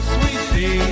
Sweetie